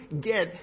get